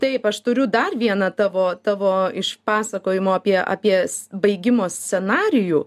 taip aš turiu dar vieną tavo tavo iš pasakojimo apie apies baigimo scenarijų